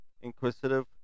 inquisitive